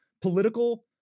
political